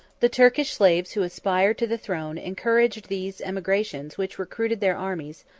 the turkish slaves who aspired to the throne encouraged these emigrations which recruited their armies,